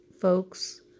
folks